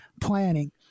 planning